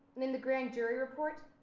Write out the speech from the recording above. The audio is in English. and in the grand jury report,